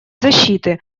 защиты